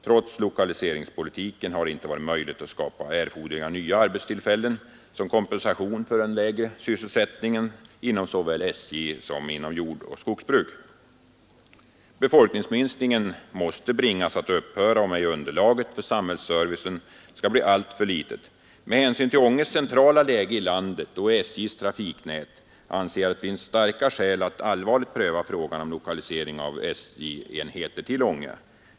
Trots lokaliseringspolitiken har det inte varit möjligt att skapa erforderliga nya arbetstillfällen såsom kompensation för den lägre sysselsättningen inom såväl SJ som inom jordbruk och skogsbruk. Befolkningsminskningen måste bringas att upphöra, om inte underlaget för samhällsservicen skall bli alltför litet. Med hänsyn till Ånges centrala läge i landet och i SJ:s trafiknät anser jag att det finns starka skäl att allvarligt pröva frågan om lokalisering av nya SJ-enheter till Ånge.